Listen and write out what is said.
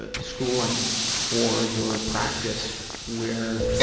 ah schooling or your practice where,